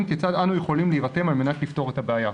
כיצד אנו יכולים להירתם על מנת לפתור את הבעיה.